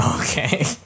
Okay